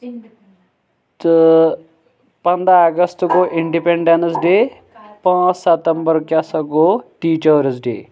تہٕ پَنٛداہ اگست گوٚو اِنڈیپیٚنس ڈے پانٛژھ ستمبر کیاہ سا گوٚو ٹیٖچٲرٕس ڈے